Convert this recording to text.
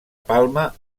palma